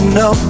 no